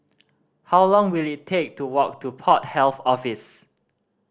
how long will it take to walk to Port Health Office